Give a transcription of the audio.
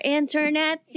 internet